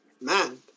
man